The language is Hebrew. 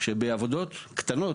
בעבודות קטנות,